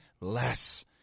less